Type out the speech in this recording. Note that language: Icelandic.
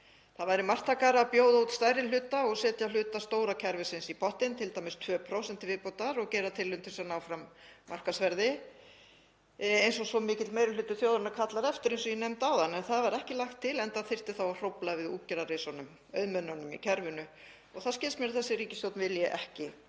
Það væri marktækara að bjóða út stærri hluta og setja hluta stóra kerfisins í pottinn, t.d. 2% til viðbótar, og gera tilraun til þess að ná fram markaðsverði, sem svo mikill meiri hluti þjóðarinnar kallar eftir eins og ég nefndi áðan. En það var ekki lagt til, enda þyrfti þá að hrófla við útgerðarrisunum, auðmönnunum í kerfinu, og það skilst mér að þessi ríkisstjórn vilji ekki